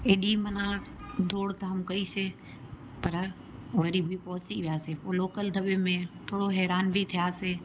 एॾी माना दौड़ दाऊं कईससीं पर वरी बि पहुची वियासीं लोकल दॿे में थोरो हैरान बि थियासीं